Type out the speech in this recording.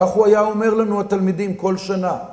איך הוא היה אומר לנו, התלמידים, כל שנה